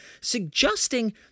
suggesting